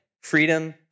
Freedom